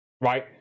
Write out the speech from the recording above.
right